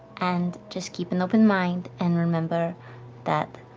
and just keep an open mind and remember that